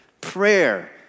prayer